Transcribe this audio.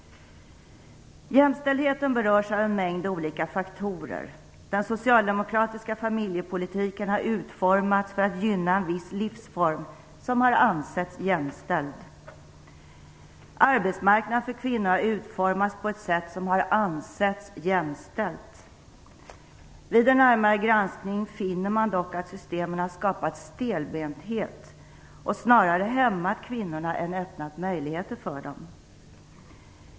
Jämställdheten berörs av en mängd olika faktorer. Den socialdemokratiska familjepolitiken har utformats för att gynna en viss livsform som har ansetts jämställd. Arbetsmarknaden för kvinnor har utformats på ett sätt som har ansetts jämställt. Vid en närmare granskning finner man dock att systemen skapat stelbenthet och snarare hämmat kvinnorna än öppnat möjligheter för dem.